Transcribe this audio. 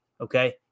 Okay